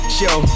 show